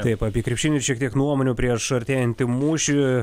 taip apie krepšinį šiek tiek nuomonių prieš artėjantį mūšį